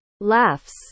Laughs